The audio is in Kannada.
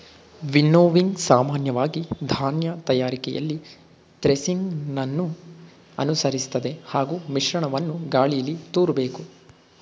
ವಿನ್ನೋವಿಂಗ್ ಸಾಮಾನ್ಯವಾಗಿ ಧಾನ್ಯ ತಯಾರಿಕೆಯಲ್ಲಿ ಥ್ರೆಸಿಂಗನ್ನು ಅನುಸರಿಸ್ತದೆ ಹಾಗೂ ಮಿಶ್ರಣವನ್ನು ಗಾಳೀಲಿ ತೂರ್ಬೇಕು